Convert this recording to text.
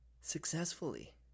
successfully